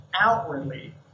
outwardly